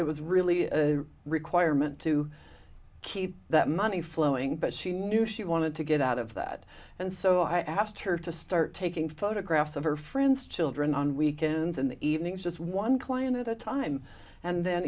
it was really a requirement to keep that money flowing but she knew she wanted to get out of that and so i asked her to start taking photographs of her friends children on weekends in the evenings just one client at a time and then